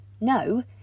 No